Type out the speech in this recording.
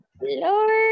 Lord